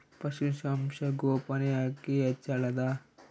ಪಶುಸಂಗೋಪನೆ ಅಕ್ಕಿ ಹೆಚ್ಚೆಲದಾ?